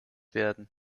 werden